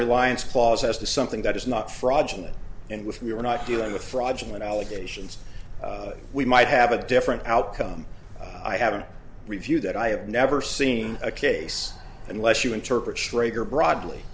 reliance clause as to something that is not fraudulent and which we are not doing with fraudulent allegations we might have a different outcome i haven't reviewed that i have never seen a case unless you interpret schrager broadly